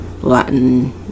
Latin